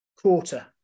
quarter